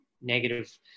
negative